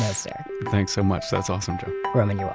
sir thanks so much. that's awesome, joe roman, yeah